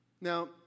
Now